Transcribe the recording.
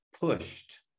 pushed